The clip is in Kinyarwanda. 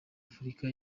afurika